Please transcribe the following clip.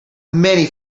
many